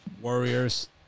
Warriors